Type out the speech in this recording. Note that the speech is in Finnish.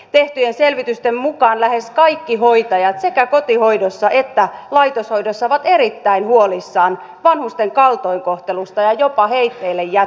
tehtyjen selvitysten mukaan lähes kaikki hoitajat sekä kotihoidossa että laitoshoidossa ovat erittäin huolissaan vanhusten kaltoinkohtelusta ja jopa heitteillejätöistä